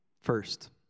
first